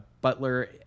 Butler